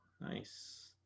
Nice